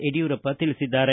ಯಡಿಯೂರಪ್ಪ ತಿಳಿಸಿದ್ದಾರೆ